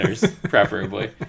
preferably